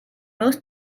most